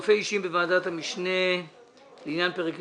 על סדר היום חילופי אישים בוועדת המשנה לעניין פרק